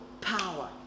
power